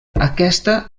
aquesta